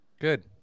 Good